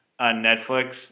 Netflix